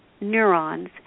neurons